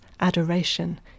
adoration